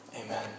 Amen